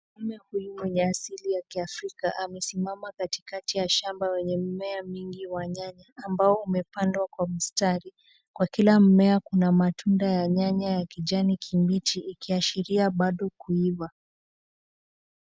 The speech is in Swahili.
Mume wa umri mwenye asili ya kiafrika amesimama katikati ya shamba wenye mimea mingi wa nyanya ambao umepandwa kwa mstari. Kwa kila mmea kuna matunda ya nyanya ya kijani kibichi ikiashiria bado kuiva.